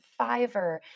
Fiverr